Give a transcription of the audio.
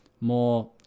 more